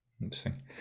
Interesting